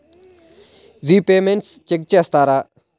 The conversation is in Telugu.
రిపేమెంట్స్ చెక్ చేస్తారా?